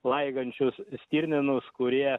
laigančius stirninus kurie